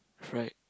fried